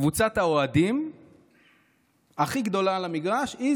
קבוצת האוהדים הכי גדולה על המגרש היא